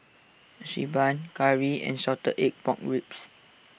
Xi Ban Curry and Salted Egg Pork Ribs